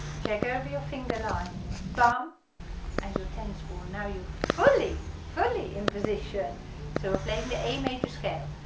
check over your finger line your thumb and your tennis ball, now you're fully fully in position so we're playing the a major scale,